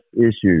issues